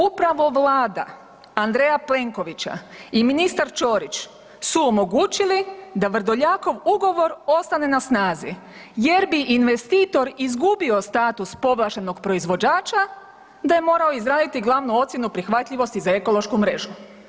Upravo Vlada Andreja Plenkovića i ministar Ćorić su omogućili da Vrdoljakov ugovor ostane na snazi jer bi investitor izgubio status povlaštenog proizvođača da je morao izraditi glavnu ocjenu prihvatljivosti za ekološku mrežu.